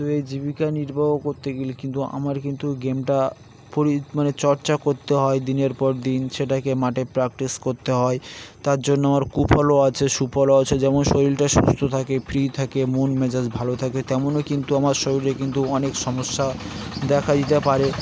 তো এই জীবিকা নির্বাহ করতে গেল কিন্তু আমার কিন্তু গেমটা মানে পরিচর্চা করতে হয় দিনের পর দিন সেটাকে মাঠে প্র্যাকটিস করতে হয় তার জন্য আমার কুফলও আছে সুফলও আছে যেমন শরীরটা সুস্থ থাকে ফ্রি থাকে মন মেজাজ ভালো থাকে তেমনও কিন্তু আমার শরীরে কিন্তু অনেক সমস্যা দেখা দতে পারে